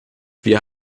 wir